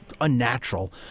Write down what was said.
unnatural